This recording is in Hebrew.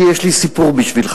כי יש לי סיפור בשבילך.